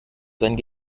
seinen